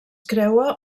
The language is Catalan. creua